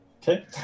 Okay